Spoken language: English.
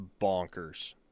bonkers